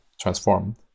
transformed